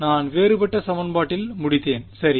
நான் வேறுபட்ட சமன்பாட்டில் முடித்தேன் சரி